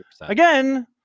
again